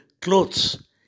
clothes